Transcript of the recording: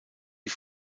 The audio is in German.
die